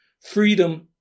freedom